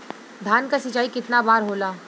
धान क सिंचाई कितना बार होला?